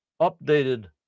updated